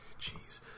Jeez